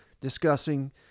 discussing